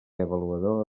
avaluador